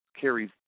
carries